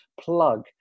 plug